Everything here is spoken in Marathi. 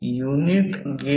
05 हेन्री होईल